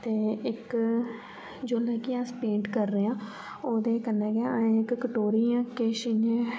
ते इक जेल्लै कि अस पेंट करने आं ओह्दे कन्नै गै अहें इक कटोरी जां किश इ'यां